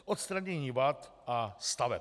Odstranění vad staveb.